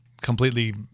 Completely